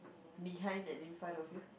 behind and in front of you